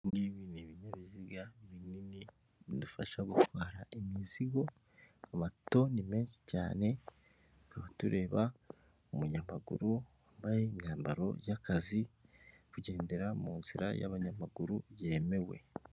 Ibi ngibi ni ibinyabiziga binini bidufasha gutwara imizigo, mato ni menshi cyane tukaba tureba umunyamaguru wambaye imyambaro y'akazi, kugendera mu nzira y'abanyamaguru yemewe.